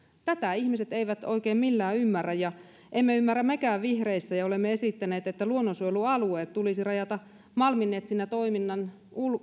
tätä ihmiset eivät oikein millään ymmärrä ja emme ymmärrä mekään vihreissä olemmekin esittäneet että luonnonsuojelualueet tulisi rajata malminetsintätoiminnan